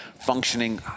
functioning